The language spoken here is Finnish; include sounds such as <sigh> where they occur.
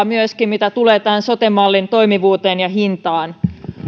<unintelligible> myöskin tulevaa mitä tulee tämän sote mallin toimivuuteen ja hintaan